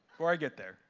before i get there.